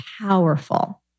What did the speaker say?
powerful